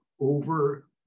over